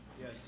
Yes